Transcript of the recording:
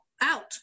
out